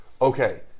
okay